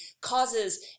causes